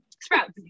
sprouts